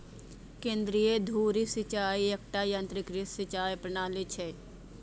केंद्रीय धुरी सिंचाइ एकटा यंत्रीकृत सिंचाइ प्रणाली छियै